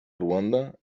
ruanda